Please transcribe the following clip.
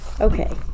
Okay